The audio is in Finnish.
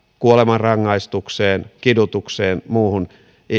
kuolemanrangaistukseen kidutukseen muuhun